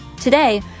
Today